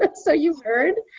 but so you've heard